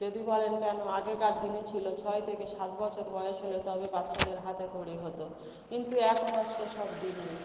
যদি বলেন কেন আগেকার দিনে ছিল ছয় থেকে সাত বছর বয়স হলে তবে বাচ্চাদের হাতেখড়ি হতো কিন্তু এখন আর সে সব দিন নেই